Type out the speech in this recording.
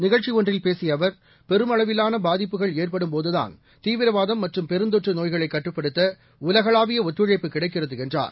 நிகழ்ச்சி ஒன்றில் பேசிய அவர் பெருமளவிலான பாதிப்புகள் ஏற்படும்போதுதான் தீவிரவாதம் மற்றும் பெருந்தொற்று நோய்களை கட்டுப்படுத்த உலகளாவிய ஒத்துழைப்பு கிடைக்கிறது என்றார்